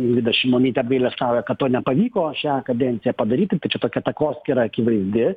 ingrida šimonytė apgailestauja kad to nepavyko šią kadenciją padaryti tai čia tokia takoskyra akivaizdi